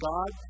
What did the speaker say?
God